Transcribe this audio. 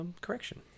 correction